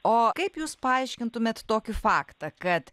o kaip jūs paaiškintumėt tokį faktą kad